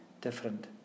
different